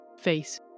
face